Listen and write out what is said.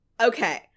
okay